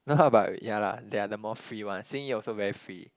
but yeah lah they are the more free [one] Xing-Yi also very free